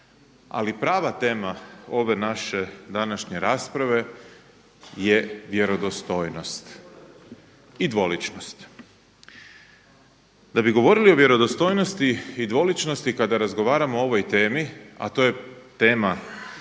ali prava tema ove naše današnje rasprave je vjerodostojnost i dvoličnost. Da bi govorili o vjerodostojnosti i dvoličnosti kada razgovaramo o ovoj temi, a to je tema